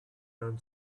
run